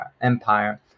Empire